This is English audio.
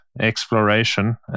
exploration